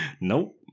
Nope